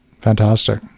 Fantastic